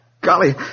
golly